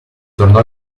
tornò